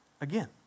again